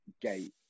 gate